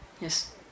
Yes